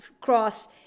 cross